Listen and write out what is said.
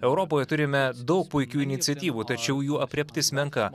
europoje turime daug puikių iniciatyvų tačiau jų aprėptis menka